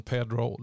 Pedro